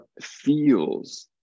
feels